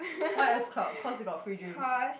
why F-club cause they got free drinks